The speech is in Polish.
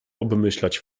obmyślać